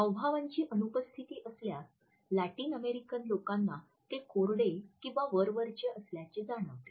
हावभावांची अनुपस्थिती असल्यास Latin American लोकांना ते कोरडे किंवा वरवरचे असल्याचे जाणवते